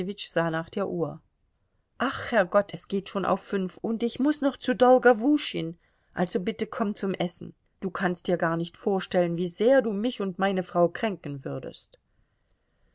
nach der uhr ach herrgott es geht schon auf fünf und ich muß noch zu dolgowuschin also bitte komm zum essen du kannst dir gar nicht vorstellen wie sehr du mich und meine frau kränken würdest